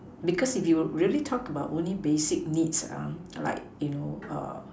because if you really talk about only basic needs like you know